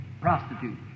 prostitute